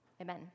Amen